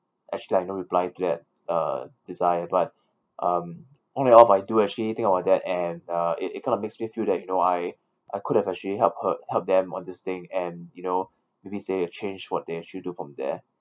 actually I no reply to that uh desire but um on and off I do actually think about that and uh it it kind of makes me feel that you know I I could have actually helped her help them on this thing and you know maybe say a change from what they actually do from there